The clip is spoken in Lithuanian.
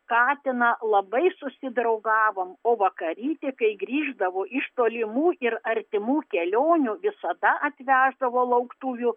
katiną labai susidraugavom o vakarytė kai grįždavo iš tolimų ir artimų kelionių visada atveždavo lauktuvių